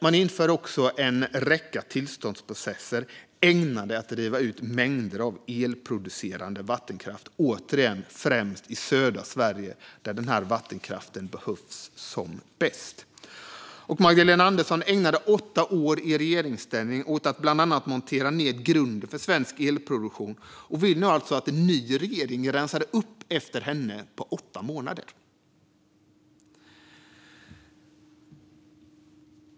Man införde också en räcka tillståndsprocesser ägnade att riva ut mängder av elproducerande vattenkraft, återigen främst i södra Sverige, där denna vattenkraft behövs som bäst. Magdalena Andersson ägnade åtta år i regeringsställning åt att bland annat montera ned grunden för svensk elproduktion och vill nu alltså att en ny regering rensar upp efter henne på åtta månader.